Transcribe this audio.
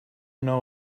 know